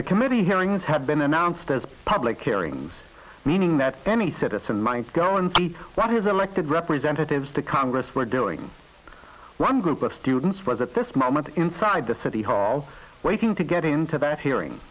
the committee hearings have been announced as public hearings meaning that any citizen minds go and see what is elected representatives to congress were doing one group of students was at this moment inside the city hall waiting to get into that hearing